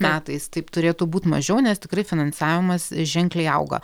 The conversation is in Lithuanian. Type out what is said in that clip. metais taip turėtų būt mažiau nes tikrai finansavimas ženkliai auga